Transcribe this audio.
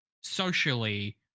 socially